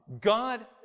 God